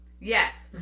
yes